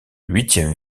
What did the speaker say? huitième